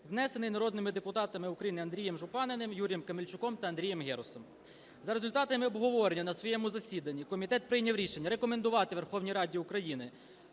внесений народними депутатами України Андрієм Жупаниним, Юрієм Камельчуком та Андрієм Герусом. За результатами обговорення на своєму засіданні комітет прийняв рішення рекомендувати Верховній Раді України